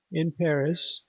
in paris,